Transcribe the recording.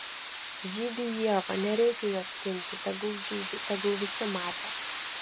žydi ieva nereikia jos skinti tegul žydi tegul visi mato